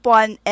one